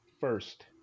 first